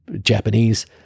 Japanese